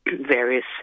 various